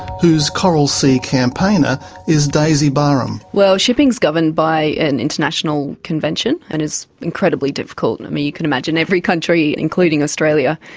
whose coral sea campaigner is daisy barham. well, shipping's governed by an international convention and is incredibly difficult. i mean, you can imagine every country, including australia,